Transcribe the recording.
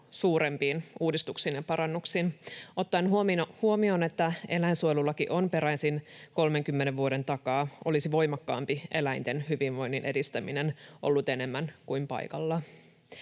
suurempiin uudistuksiin ja parannuksin. Ottaen huomioon, että eläinsuojelulaki on peräisin 30 vuoden takaa, olisi voimakkaampi eläinten hyvinvoinnin edistäminen ollut enemmän kuin paikallaan.